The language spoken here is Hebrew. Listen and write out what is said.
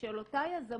של אותה יזמות,